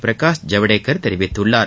பிரகாஷ் ஜவ்டேகர் தெரிவித்துள்ளார்